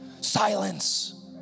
silence